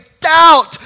doubt